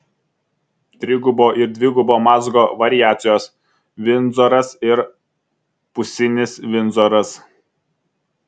trigubo ir dvigubo mazgo variacijos vindzoras ir pusinis vindzoras